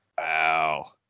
Wow